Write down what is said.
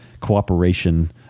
cooperation